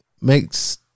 makes